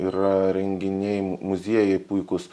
yra renginiai muziejai puikūs